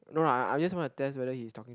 no lah I I just want to test whether he's talking